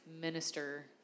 minister